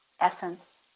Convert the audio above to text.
essence